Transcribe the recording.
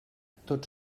tot